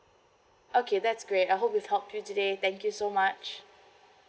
okay that's great I hope we've helped you today thank you so much